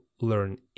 learn